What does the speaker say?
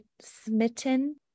Smitten